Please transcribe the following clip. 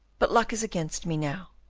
but luck is against me now.